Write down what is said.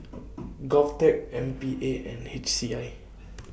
Govtech M P A and H C I